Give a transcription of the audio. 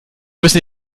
müssen